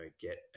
get